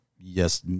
yes